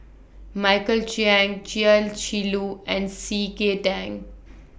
Michael Chiang Chia Shi Lu and C K Tang